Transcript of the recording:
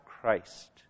Christ